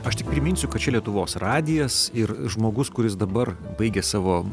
aš tik priminsiu kad čia lietuvos radijas ir žmogus kuris dabar baigė savo